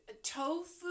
tofu